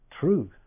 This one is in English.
truth